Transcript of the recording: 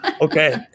Okay